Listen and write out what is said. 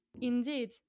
Indeed